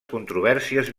controvèrsies